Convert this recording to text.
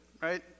Right